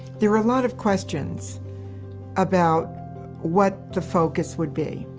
there were a lot of questions about what the focus would be.